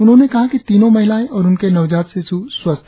उन्होंने कहा कि तीनों महिलाएं और उनके नवजात शिश् स्वस्थ के